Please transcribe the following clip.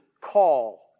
call